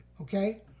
okay